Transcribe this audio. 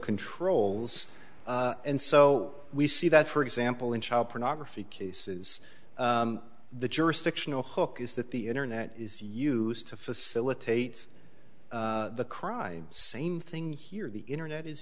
controls and so we see that for example in child pornography cases the jurisdictional hawk is that the internet is used to facilitate the crime same thing here the internet is